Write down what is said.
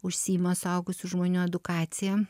užsiima suaugusių žmonių edukacija